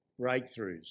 breakthroughs